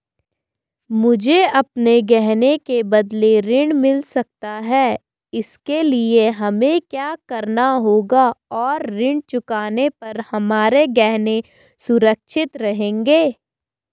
मुझे अपने गहने के बदलें ऋण मिल सकता है इसके लिए हमें क्या करना होगा और ऋण चुकाने पर हमारे गहने सुरक्षित रहेंगे?